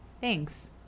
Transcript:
Thanks